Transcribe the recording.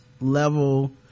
level